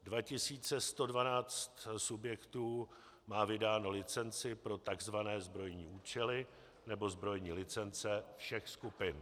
2 112 subjektů má vydáno licenci pro takzvané zbrojní účely nebo zbrojní licence všech skupin.